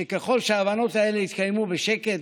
וככל שההבנות האלה יתקיימו בשקט,